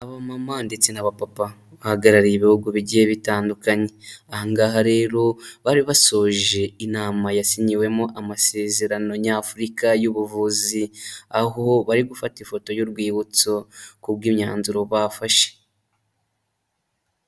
Abamama ndetse n'abapapa bahagarariye ibihugu bigiye bitandukanye. Aha ngaha rero bari basoje inama yasinyiwemo amasezerano nyafurika y'ubuvuzi, aho bari gufata ifoto y'urwibutso ku bw'imyanzuro bafashe.